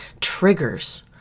triggers